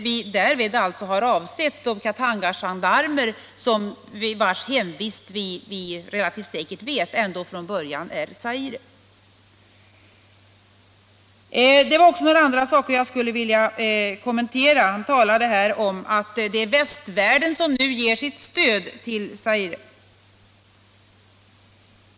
Vi har alltså avsett de Katangagendarmer vars hemvist från början vi ändå relativt säkert vet är Zaire. Det är också några andra saker jag skulle vilja kommentera. Herr Hagel talade om att det är västvärlden som nu ger sitt stöd till Zaire.